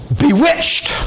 bewitched